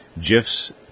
GIFs